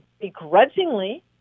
begrudgingly